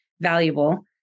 valuable